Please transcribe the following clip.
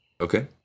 Okay